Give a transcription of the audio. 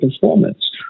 performance